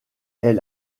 est